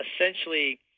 essentially